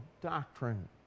doctrine